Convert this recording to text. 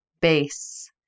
base